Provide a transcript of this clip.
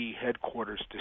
headquarters